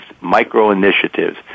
micro-initiatives